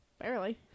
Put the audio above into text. Barely